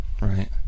right